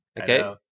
Okay